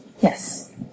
yes